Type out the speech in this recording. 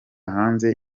hanze